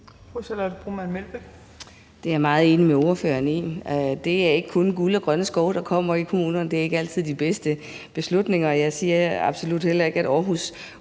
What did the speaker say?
Det er jeg meget enig med ordføreren i. Det er ikke kun guld og grønne skove, der kommer i kommunerne; det er ikke altid de bedste beslutninger. Jeg siger absolut heller ikke, at Aarhus